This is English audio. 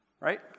right